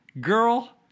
girl